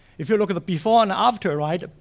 if you look at the before and after, right,